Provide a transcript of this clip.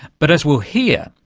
but as we'll hear,